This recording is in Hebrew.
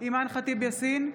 אימאן ח'טיב יאסין,